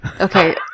Okay